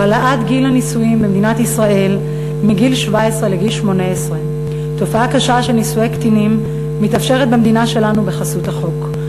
הוא העלאת גיל הנישואין במדינת ישראל מגיל 17 לגיל 18. תופעה קשה של נישואי קטינים מתאפשרת במדינה שלנו בחסות החוק.